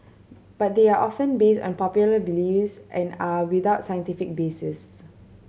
but they are often based on popular beliefs and are without scientific basis